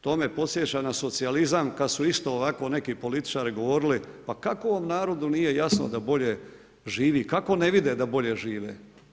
To me podsjeća na socijalizam, kada su isto ovako neki političari govorili, pa kako narodu nije jasno, da bolje živi, kako ne vidi da bolje žive?